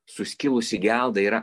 suskilusi gelda yra